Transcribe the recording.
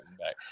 back